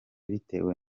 bitewe